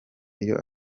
iyo